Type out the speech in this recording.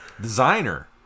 Designer